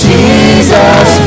Jesus